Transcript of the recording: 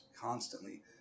constantly